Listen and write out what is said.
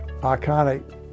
iconic